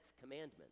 commandment